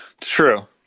true